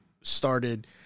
started